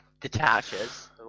detaches